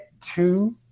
two